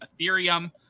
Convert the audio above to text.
Ethereum